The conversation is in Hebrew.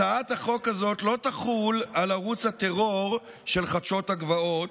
הצעת החוק הזאת לא תחול על ערוץ הטרור של "חדשות הגבעות",